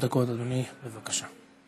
שלוש דקות אדוני, בבקשה.